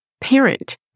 parent